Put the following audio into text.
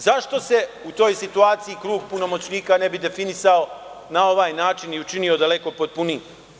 Zašto se u toj situaciji krug punomoćnika ne bi definisao na ovaj način i učinio daleko potpunijim?